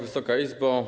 Wysoka Izbo!